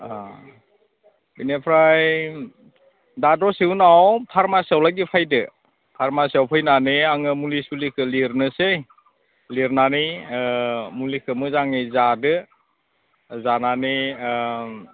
अ बेनिफ्राय दा दसे उनाव फारमासिआवलागि फैदो फारमासिआव फैनानै आङो मुलि सुलिखौ लिरनोसै लिरनानै मुलिखौ मोजाङै जादो जानानै